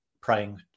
praying